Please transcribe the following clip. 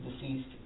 deceased